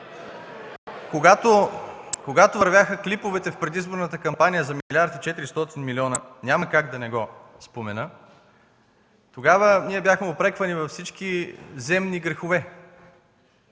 Когато вървяха клиповете в предизборната кампания за 1 млрд. 400 милиона – няма как да не го спомена, бяхме упреквани във всички земни грехове.